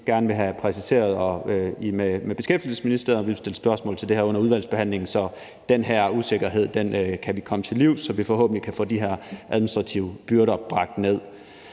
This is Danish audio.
gerne vil have præciseret af Beskæftigelsesministeriet, og vi vil stille spørgsmål til det her under udvalgsbehandlingen. Så den usikkerhed kan vi komme til livs, sådan at vi forhåbentlig kan få de her administrative byrder bragt ned.